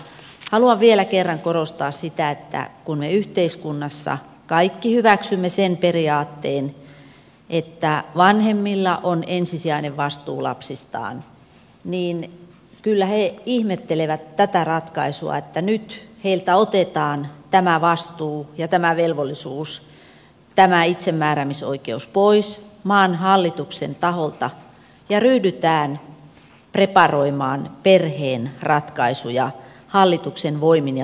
haluan vielä kerran korostaa sitä että kun me yhteiskunnassa kaikki hyväksymme sen periaatteen että vanhemmilla on ensisijainen vastuu lapsistaan niin kyllä he ihmettelevät tätä ratkaisua että nyt heiltä otetaan tämä vastuu ja tämä velvollisuus tämä itsemääräämisoikeus pois maan hallituksen taholta ja ryhdytään preparoimaan perheen ratkaisuja hallituksen voimin ja toimin